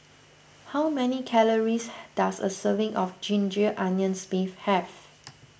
how many calories does a serving of Ginger Onions Beef have